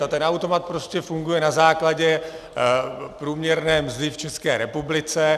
A ten automat prostě funguje na základě průměrné mzdy v České republice.